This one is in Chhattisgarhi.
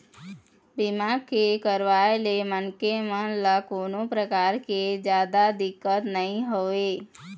बीमा के करवाय ले मनखे मन ल कोनो परकार के जादा दिक्कत नइ होवय